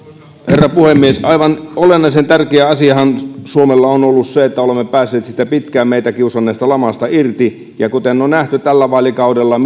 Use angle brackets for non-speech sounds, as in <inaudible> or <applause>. herra puhemies aivan olennaisen tärkeä asiahan suomella on ollut se että olemme päässeet siitä pitkään meitä kiusanneesta lamasta irti ja on nähty tällä vaalikaudella <unintelligible>